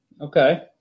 Okay